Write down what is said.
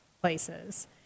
places